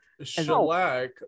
Shellac